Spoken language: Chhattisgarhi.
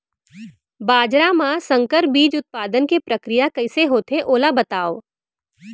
बाजरा मा संकर बीज उत्पादन के प्रक्रिया कइसे होथे ओला बताव?